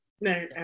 No